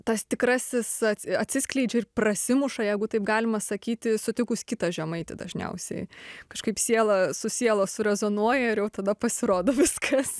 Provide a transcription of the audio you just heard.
tas tikrasis atsiskleidžia ir prasimuša jeigu taip galima sakyti sutikus kitą žemaitį dažniausiai kažkaip siela su siela surezonuoja ir tada pasirodo viskas